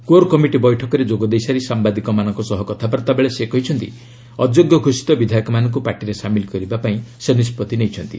କୋର committee ବୈକରେ ଯୋଗଦେଇସାରି ସାମ୍ବାଦିକମାନଙ୍କ ସହ କଥାବାର୍ତ୍ତା ବେଳେ ସେ କହିଛନ୍ତି ଅଯୋଗ୍ୟ ଘୋଷିତ ବିଧାୟକମାନଙ୍କୁ ପାର୍ଟିରେ ସାମିଲ କରିବା ପାଇଁ ସେ ନିଷ୍ପଭି ନେଇଛନ୍ତି